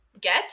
get